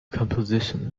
composition